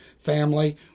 family